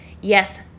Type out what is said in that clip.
yes